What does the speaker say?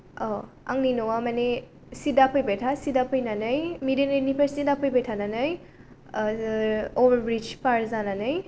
अ आंनि न'आ माने सिदा फैबाय था सिदा फैनानै मिट एन्ड इट निफ्राय सिदा फैबाय थानानै अभार ब्रिड्ज पार जानानै